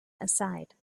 aside